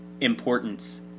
importance